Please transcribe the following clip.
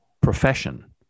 profession